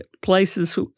places